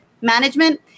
management